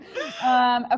Okay